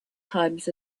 times